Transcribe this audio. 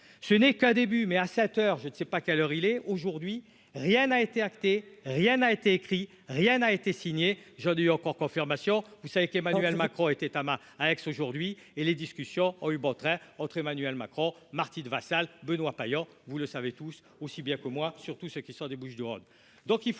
ce n'est qu'un début mai à cette heure je ne sais pas quelle heure il est, aujourd'hui, rien n'a été acté, rien n'a été écrit, rien n'a été signé jeudi encore confirmation, vous savez qu'Emmanuel Macron était à ma à Aix aujourd'hui et les discussions ont eu beau très autre Emmanuel Macron Martine Vassal Benoît Paillaugue, vous le savez tous, aussi bien que moi, surtout ceux qui sort des Bouches-du-Rhône.